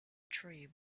tree